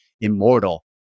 immortal